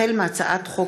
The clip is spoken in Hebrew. החל בהצעת חוק